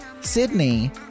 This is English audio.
Sydney